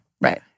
Right